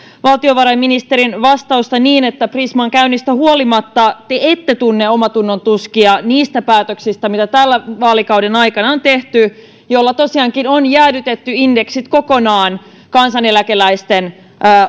valtiovarainministerin vastausta niin että prisman käynnistä huolimatta te ette tunne omantunnontuskia niistä päätöksistä mitä tämän vaalikauden aikana on tehty joilla tosiaankin on jäädytetty indeksit kokonaan kansaneläkeläisten